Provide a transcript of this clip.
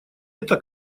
это